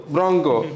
Bronco